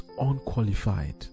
unqualified